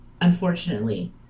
unfortunately